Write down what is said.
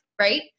right